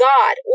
God